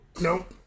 nope